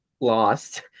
lost